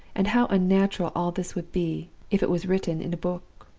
and how unnatural all this would be, if it was written in a book!